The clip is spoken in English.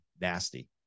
nasty